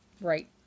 Right